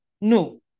no